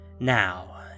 Now